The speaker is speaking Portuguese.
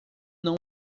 não